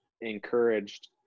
encouraged